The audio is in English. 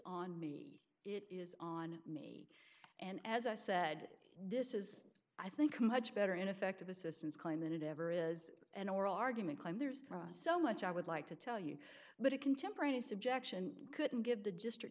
on me it is on me and as i said this is i think a much better ineffective assistance claim than it ever is an oral argument claim there's so much i would like to tell you but it contemporaneous objection couldn't give the gist